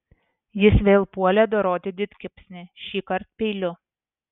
jis vėl puolė doroti didkepsnį šįkart peiliu